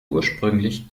ursprünglich